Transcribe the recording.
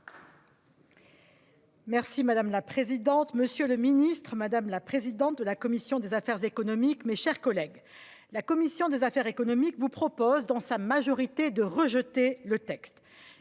Merci madame la présidente. Monsieur le Ministre, madame la présidente de la commission des affaires économiques, mes chers collègues, la commission des affaires économiques vous propose dans sa majorité de rejeter le texte.